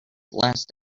last